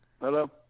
Hello